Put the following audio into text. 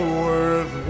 worth